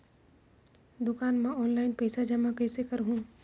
दुकान म ऑनलाइन पइसा जमा कइसे करहु?